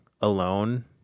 alone